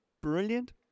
brilliant